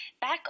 Back